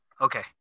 Okay